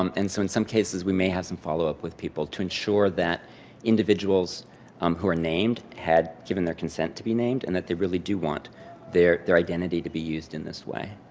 um and so, in some cases, we may have some follow up with people to ensure that individuals um who are named had given their consent to be named, and that they really do want their their identity to be used in this way.